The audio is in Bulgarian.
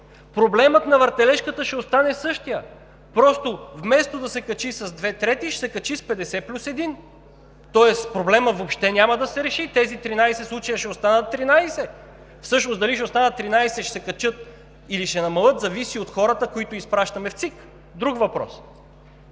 Проблемът на въртележката ще остане същият – вместо да се качи с две трети, ще се качи с 50 плюс 1. Тоест проблемът въобще няма да се реши – тези 13 случая ще останат 13. Всъщност дали ще останат 13, или ще се качат, или ще намалеят зависи от хората, които изпращаме в ЦИК – друг въпрос.